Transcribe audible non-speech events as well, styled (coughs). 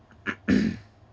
(coughs)